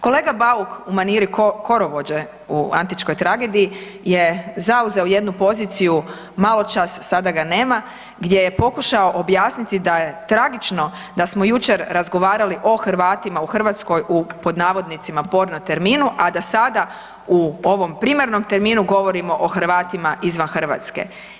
Kolega Bauk u maniri korovođe u „Antičkoj tragediji“ je zauzeo jednu poziciju maločas, sada ga nema, gdje je pokušao objasniti da je tragično da smo jučer razgovarali o Hrvatima u Hrvatskoj u, pod navodnicima, porno terminu, a da sada u ovom primarnom terminu govorimo o Hrvatima izvan Hrvatske.